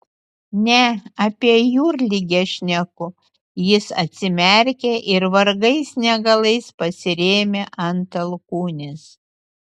ne apie jūrligę šneku jis atsimerkė ir vargais negalais pasirėmė ant alkūnės